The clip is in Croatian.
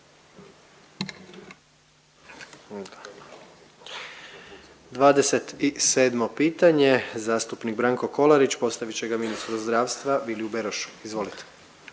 27. pitanje, zastupnik Branko Kolarić postavit će ga ministru zdravstva Viliju Berošu, izvolite.